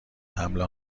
حمل